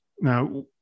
Now